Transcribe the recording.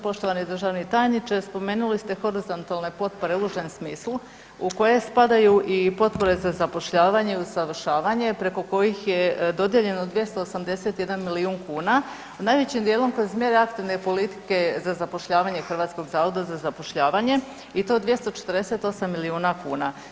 Poštovani državni tajniče, spomenuli ste horizontalne potpore u užem smislu u koje spadaju i potpore za zapošljavanje i usavršavanje preko kojih je dodijeljeno 281 milijun kuna najvećim dijelom kroz mjere aktivne politike za zapošljavanje Hrvatskog zavoda za zapošljavanje i to 248 milijuna kuna.